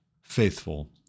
faithful